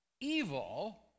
evil